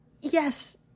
yes